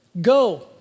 Go